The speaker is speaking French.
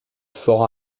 fort